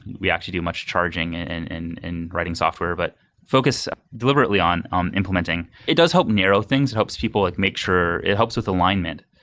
we actually do much charging and and and writing software, but focus deliberately on on implementing. it does help narrow things. it helps people like make sure it helps with alignment.